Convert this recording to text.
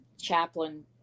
chaplain